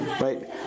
Right